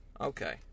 Okay